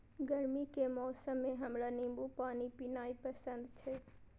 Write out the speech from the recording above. गर्मी के मौसम मे हमरा नींबू पानी पीनाइ पसंद छै